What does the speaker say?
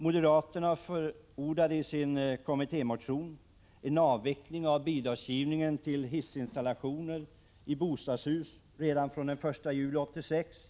Moderaterna förordar i sin kommittémotion en avveckling av bidragsgivningen för hissinstallationer i bostadshus redan fr.o.m. den 1 juli 1986.